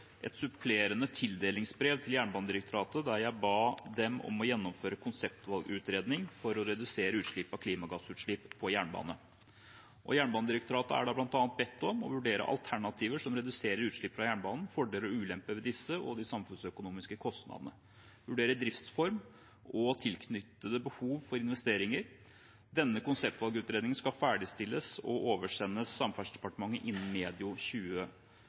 et supplerende tildelingsbrev til Jernbanedirektoratet, der jeg ba dem om å gjennomføre konseptvalgutredning for å redusere utslipp av klimagasser på jernbane. Jernbanedirektoratet er da bl.a. bedt om å vurdere alternativer som reduserer utslipp fra jernbanen, fordeler og ulemper ved disse, de samfunnsøkonomiske kostnadene og vurdere driftsform og tilknyttede behov for investeringer. Denne konseptvalgutredningen skal ferdigstilles og oversendes Samferdselsdepartementet innen